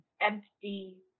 empty